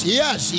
yes